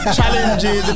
Challenges